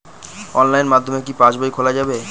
অনলাইনের মাধ্যমে কি পাসবই খোলা যাবে?